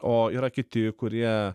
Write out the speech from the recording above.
o yra kiti kurie